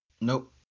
Nope